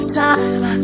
time